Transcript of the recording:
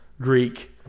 Greek